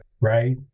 Right